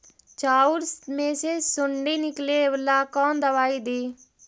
चाउर में से सुंडी निकले ला कौन दवाई दी?